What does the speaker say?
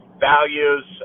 values